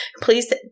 Please